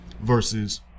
versus